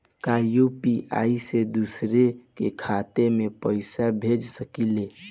का यू.पी.आई से दूसरे के खाते में पैसा भेज सकी ले?